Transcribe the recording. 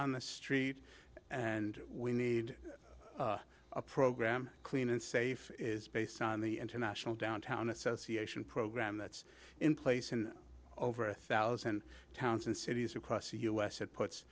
on the street and we need a program clean and safe is based on the international downtown association program that's in place in over a thousand towns and cities across the u s it puts